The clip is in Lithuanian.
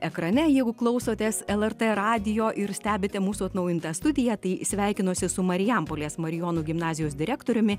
ekrane jeigu klausotės lrt radijo ir stebite mūsų atnaujintą studiją tai sveikinuosi su marijampolės marijonų gimnazijos direktoriumi